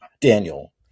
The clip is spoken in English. Daniel